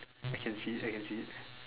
I can see it I can see it